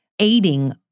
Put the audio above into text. aiding